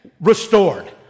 Restored